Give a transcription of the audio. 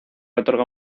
otorga